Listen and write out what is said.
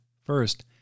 First